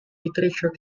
literature